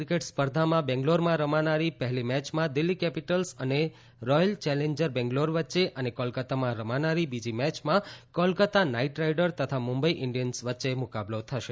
cricket સ્પર્ધામાં બેંગ્લોરમાં રમાનારી પહેલી મેયમાં દિલ્હી કેપીટલ્સ અને રોયલ ચેલેન્જર બેંગ્લોર વચ્ચે અને કોલકતામાં રમાનારી બીજી મેચમાં કોલકતા નાઇટ રાઇડર તથા મુંબઇ ઇન્ડિયન્સ વચ્ચે મુકાબલો થશે